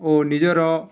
ଓ ନିଜର